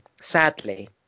sadly